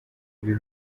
ibi